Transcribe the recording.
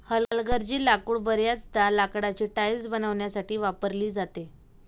हलगर्जी लाकूड बर्याचदा लाकडाची टाइल्स बनवण्यासाठी वापरली जाते